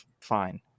fine